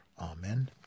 Amen